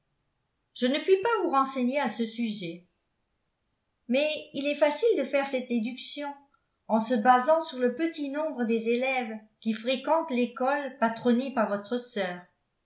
je ne puis pas vous renseigner à ce sujet mais il est facile de faire cette déduction en se basant sur le petit nombre des élèves qui fréquentent l'école patronnée par votre sœur